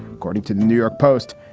according to new york post,